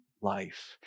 life